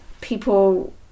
people